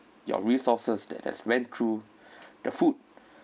your resources that has went through the food